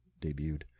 debuted